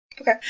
Okay